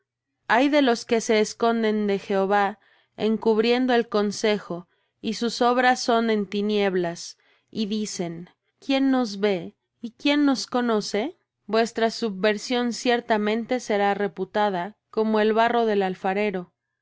ay de los que se esconden de jehová encubriendo el consejo y sus obras son en tinieblas y dicen quién nos ve y quién nos conoce vuestra subversión ciertamente será reputada como el barro del alfarero